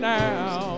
now